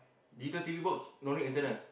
later T_V works don't need internet ah